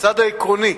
בצד העקרוני.